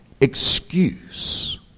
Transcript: excuse